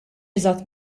eżatt